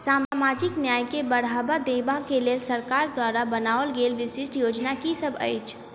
सामाजिक न्याय केँ बढ़ाबा देबा केँ लेल सरकार द्वारा बनावल गेल विशिष्ट योजना की सब अछि?